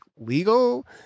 legal